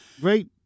great